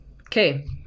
Okay